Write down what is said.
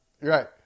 right